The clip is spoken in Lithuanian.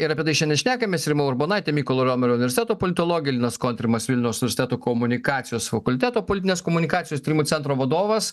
ir apie tai šen šnekamės rima urbonaitė mykolo romerio universiteto politologė linas kontrimas vilniaus universiteto komunikacijos fakulteto politinės komunikacijos tyrimų centro vadovas